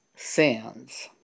sins